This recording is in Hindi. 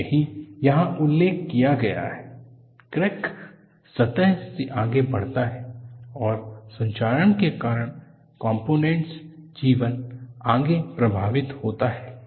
तो यही यहां उल्लेख किया गया है क्रैक सतह से आगे बढ़ता है और संक्षारण के कारण कॉम्पोनेंट जीवन आगे प्रभावित होता है